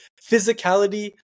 physicality